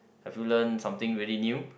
have you learn something very new